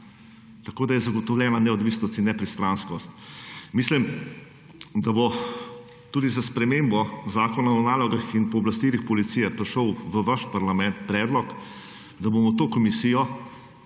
tako, da je zagotovljena neodvisnost in nepristranskost. Mislim, da bo tudi s spremembo Zakon o nalogah in pooblastilih policije prišel v vaš parlament predlog, da bomo to komisijo,